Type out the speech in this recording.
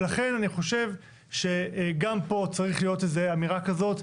ולכן אני חושב שגם פה צריך להיות איזה אמירה כזאת.